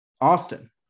Austin